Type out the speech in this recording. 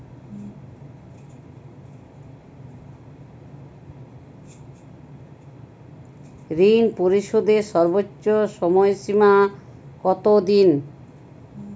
ঋণ পরিশোধের সর্বোচ্চ সময় সীমা কত দিন?